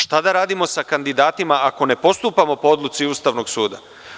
Šta da radimo sa kandidatima, ako ne postupamo po odluci Ustavnog suda?